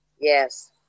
Yes